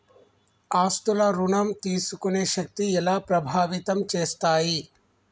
ఆస్తుల ఋణం తీసుకునే శక్తి ఎలా ప్రభావితం చేస్తాయి?